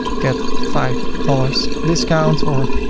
get five dollars discount or